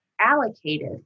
allocated